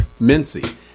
Mincy